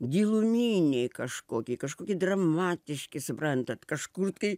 giluminiai kažkokie kažkokie dramatiški suprantat kažkur kai